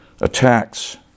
attacks